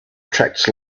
attracts